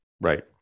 Right